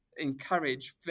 encourage